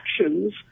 actions